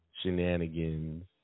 shenanigans